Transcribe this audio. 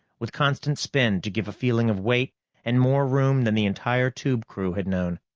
with constant spin to give a feeling of weight and more room than the entire tube crew had known.